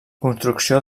construcció